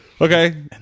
Okay